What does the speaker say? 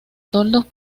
toldos